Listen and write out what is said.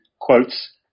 quotes